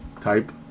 type